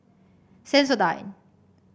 sensodyne